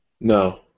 No